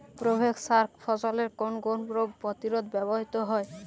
Provex সার ফসলের কোন কোন রোগ প্রতিরোধে ব্যবহৃত হয়?